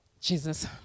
Jesus